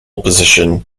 position